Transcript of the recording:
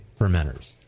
fermenters